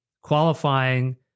qualifying